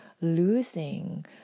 losing